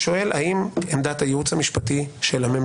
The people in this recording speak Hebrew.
לדברים שאת אומרת למיקרופון יש פה כרגע בחדר שמונה נציגי אופוזיציה.